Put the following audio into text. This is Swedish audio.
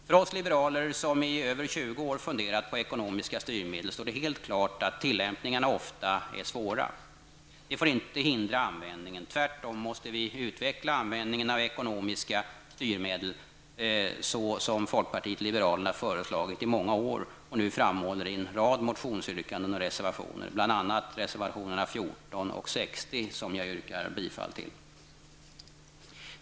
För oss liberaler, som i över 20 år funderat på ekonomiska styrmedel, står det helt klart att tillämpningarna ofta är svåra. Det får inte hindra användningen. Tvärtom måste vi utveckla användingen av ekonomiska styrmedel, såsom folkpartiet liberalerna föreslagit i många år och nu framhåller i en rad motionsyrkanden och reservationer, bl.a. reservationerna 14 och 60, som jag yrkar bifall till.